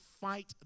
fight